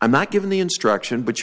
i'm not given the instruction but you're